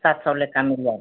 सात सौ लेका मिल जाएगा